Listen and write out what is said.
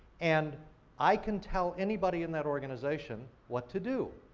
and i can tell anybody in that organization what to do.